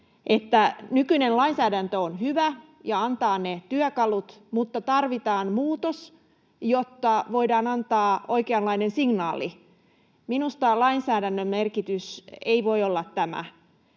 nykyinen lainsäädäntö on hyvä ja antaa ne työkalut mutta tarvitaan muutos, jotta voidaan antaa oikeanlainen signaali. Minusta lainsäädännön merkitys ei voi olla tämä.